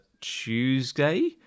Tuesday